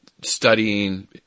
studying